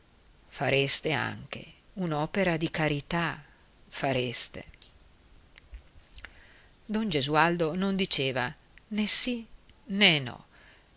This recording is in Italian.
fareste anche un'opera di carità fareste don gesualdo non diceva né sì né no